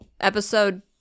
episode